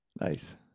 Nice